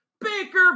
Baker